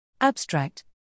Abstract